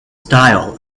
style